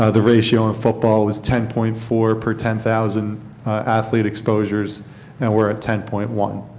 ah the ratio in football was ten point four per ten thousand athlete exposures and we are at ten point one.